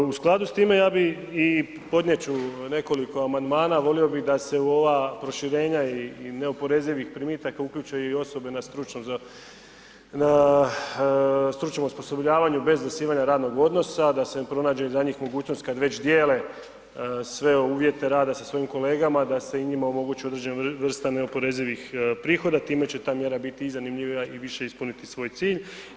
U skladu s time, ja bi i podnijet ću nekoliko amandmana, volio bi da se u ova proširenja i neoporezivih primitaka uključe i osobe na stručnom, na stručnom osposobljavanju bez zasnivanja odnosa, da se pronađe i za njih mogućnost kad već dijele sve uvjete rada sa svojim kolegama da se i njima omogući određena vrsta neoporezivih prihoda, time će ta mjera biti i zanimljivija i više ispuniti svoj cilj.